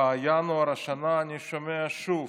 בינואר השנה אני שומע שוב